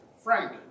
frank